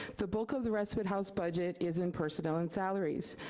the bulk of the respite house budget is in personnel and salaries.